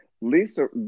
Lisa